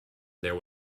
there